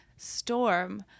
storm